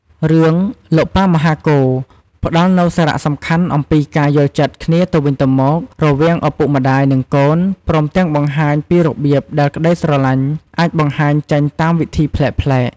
រឿង "លោកប៉ាមហាកូរ" ផ្តល់នូវសារៈសំខាន់អំពីការយល់ចិត្តគ្នាទៅវិញទៅមករវាងឪពុកម្តាយ និងកូន ព្រមទាំងបង្ហាញពីរបៀបដែលក្តីស្រឡាញ់អាចបង្ហាញចេញតាមវិធីប្លែកៗ។